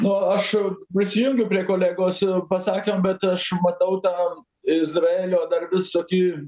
nu aš prisijungiu prie kolegos jau pasakė bet aš matau tą izraelio dar vis tokį